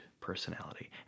personality